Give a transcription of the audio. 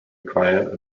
require